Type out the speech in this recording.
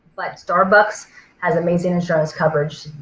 but starbucks has amazing insurance coverage,